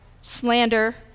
slander